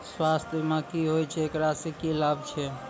स्वास्थ्य बीमा की होय छै, एकरा से की लाभ छै?